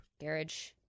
Garage